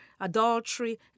adultery